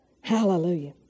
Hallelujah